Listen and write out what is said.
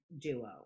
duo